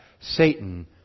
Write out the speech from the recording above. Satan